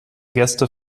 gäste